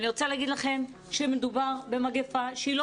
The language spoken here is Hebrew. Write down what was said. אני רוצה להגיד לכם שמדובר במגיפה שהיא לא